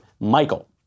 Michael